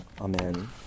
amen